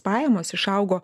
pajamos išaugo